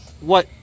What-